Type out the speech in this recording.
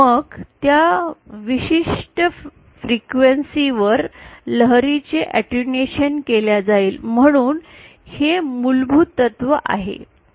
मग त्या विशिष्ट वारंवारते वर लहरी चे अटेन्यूएशन केल्या जाईल म्हणूनच हे मूलभूत तत्त्व आहे